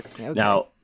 Now